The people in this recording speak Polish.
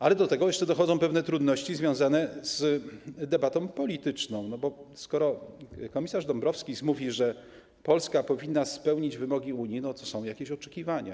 Ale do tego jeszcze dochodzą pewne trudności związane z debatą polityczną, bo skoro komisarz Dombrovskis mówi, że Polska powinna spełnić wymogi Unii, to są jakieś oczekiwania.